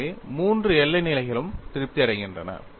எனவே மூன்று எல்லை நிலைகளும் திருப்தி அடைகின்றன